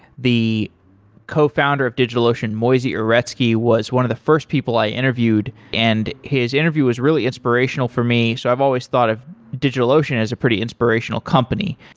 the cofounder of digitalocean, moisey uretsky, was one of the first people i interviewed, and his interview was really inspirational for me. so i've always thought of digitalocean as a pretty inspirational company.